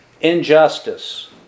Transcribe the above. injustice